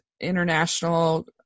international